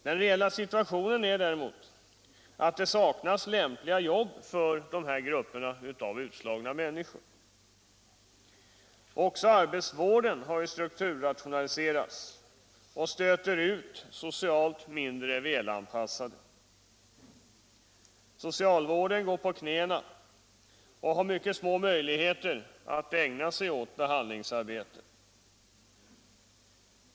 Den reella situationen är däremot att det saknas lämpliga jobb 14 december 1976 för dessa grupper av utslagna människor. Också arbetsvården har struk= oo turrationaliserats och stöter ut socialt mindre välanpassade. Socialvården = Etableringsregler går på knäna och har mycket små möjligheter att ägna sig åt behand = för sjukgymnaster, lingsarbete.